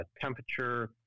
temperature